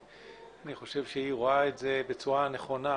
אני חושב שהיא רואה את זה בצורה נכונה,